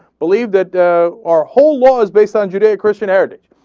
believed that our whole law is based on judeo-christian heritage.